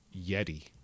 Yeti